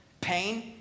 Pain